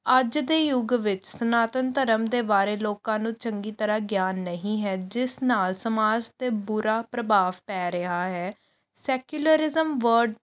ਅੱਜ ਦੇ ਯੁੱਗ ਵਿੱਚ ਸਨਾਤਨ ਧਰਮ ਦੇ ਬਾਰੇ ਲੋਕਾਂ ਨੂੰ ਚੰਗੀ ਤਰ੍ਹਾਂ ਗਿਆਨ ਨਹੀਂ ਹੈ ਜਿਸ ਨਾਲ ਸਮਾਜ 'ਤੇ ਬੁਰਾ ਪ੍ਰਭਾਵ ਪੈ ਰਿਹਾ ਹੈ ਸੈਕੁਲਰਰਿਜ਼ਮ ਵਰਡ